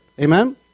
Amen